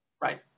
Right